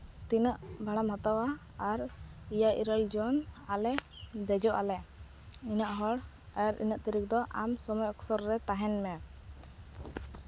ᱛᱤᱱᱟᱹᱜ ᱵᱷᱟᱲᱟᱢ ᱦᱟᱛᱟᱣᱟ ᱟᱨ ᱮᱭᱟᱭ ᱤᱨᱟᱹᱞ ᱡᱚᱱ ᱟᱞᱮ ᱫᱮᱡᱚᱜ ᱟᱞᱮ ᱤᱱᱟᱹᱜ ᱦᱚᱲ ᱟᱨ ᱤᱱᱟᱹᱜ ᱛᱟᱹᱨᱤᱠ ᱫᱚ ᱟᱢ ᱥᱚᱢᱚᱭ ᱚᱯᱥᱚᱨ ᱨᱮ ᱛᱟᱦᱮᱱ ᱢᱮ